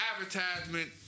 advertisement